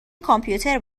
کامپیوتر